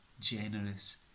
generous